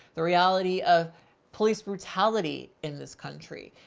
the reality of police brutality in this country.